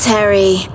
Terry